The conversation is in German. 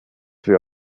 wir